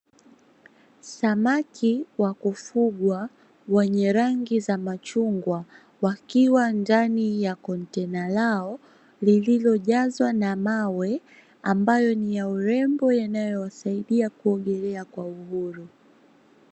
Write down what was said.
Samaki wa kufugwa wenye rangi za machungwa wakiwa ndani ya kontena lao, lililojazwa na mawe ambayo ni ya urembo yanayosaidia kuogelea kwa uhuru.